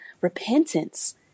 repentance